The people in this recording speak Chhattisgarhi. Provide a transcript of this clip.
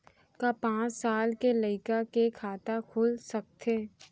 का पाँच साल के लइका के खाता खुल सकथे?